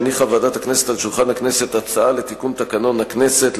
הניחה ועדת הכנסת על שולחן הכנסת הצעה לתיקון תקנון הכנסת,